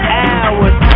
hours